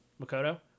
Makoto